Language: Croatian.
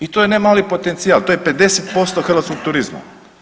I to je nemali potencijal, to je 50% hrvatskog turizma.